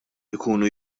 jkunu